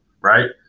right